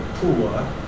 poor